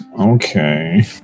Okay